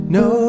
no